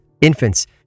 infants